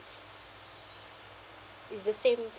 is the same